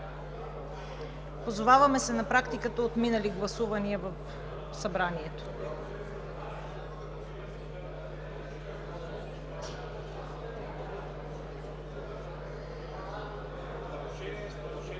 Позоваваме се на практиката от минали гласувания в Събранието.